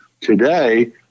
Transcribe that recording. today